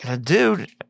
Dude